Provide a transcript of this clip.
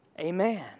Amen